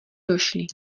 došli